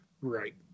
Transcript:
Right